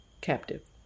captive